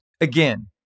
Again